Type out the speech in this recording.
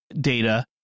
data